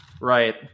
Right